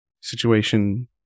situation